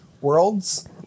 Worlds